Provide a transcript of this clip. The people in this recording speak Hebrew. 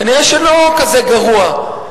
כנראה לא כזה גרוע,